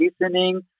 listening